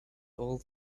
all